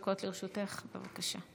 שלוש דקות לרשותך, בבקשה.